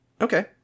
Okay